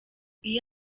iyo